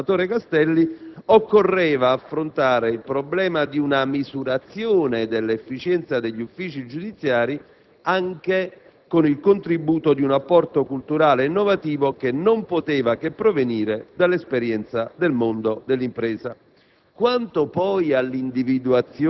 Ecco perché - sempre secondo il senatore Castelli - occorreva affrontare il problema di una misurazione dell'efficienza degli uffici giudiziari anche con il contributo di un apporto culturale innovativo che non poteva che provenire dall'esperienza del mondo dell'impresa.